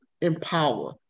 empower